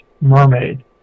mermaid